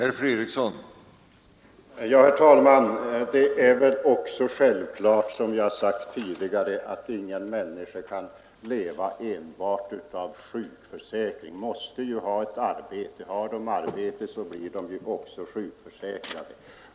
Herr talman! Det är också självklart, som jag har sagt tidigare, att ingen människa kan leva enbart av sjukförsäkring. Man måste ha ett arbete, och har människor arbete så blir de också sjukförsäkrade.